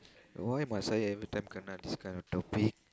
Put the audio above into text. why must I I every time cannot this kinda topic